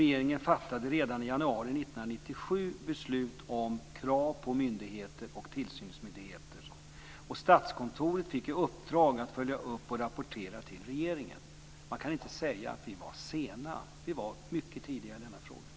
Regeringen fattade redan i januari 1997 beslut om krav på myndigheter och tillsynsmyndigheter, och Statskontoret fick i uppdrag att följa upp och rapportera till regeringen. Man kan inte säga att vi var sena. Vi var mycket tidiga i denna fråga.